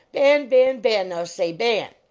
ban, ban, ban! now say ban!